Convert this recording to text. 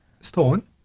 stone